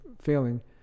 failing